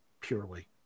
purely